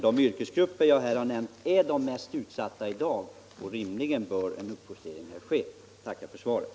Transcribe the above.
De yrkesgrupper jag här har nämnt är de mest utsatta i dag, och rimligen bör för deras del en uppjustering ske av avdragen. Jag tackar ännu en gång för svaret.